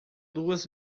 duas